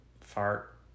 fart